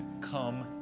come